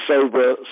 sober